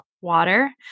water